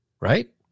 Right